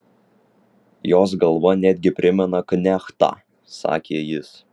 jos galva netgi primena knechtą sakė jis